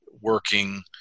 working